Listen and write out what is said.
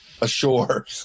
ashore